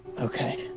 Okay